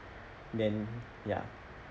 then ya